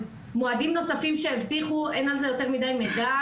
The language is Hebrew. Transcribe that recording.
מועדים נוספים שהבטיחו אין על זה יותר מדי מידע.